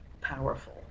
powerful